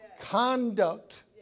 Conduct